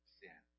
sin